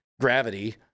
gravity